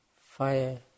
fire